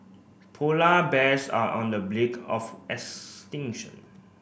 polar bears are on the of extinction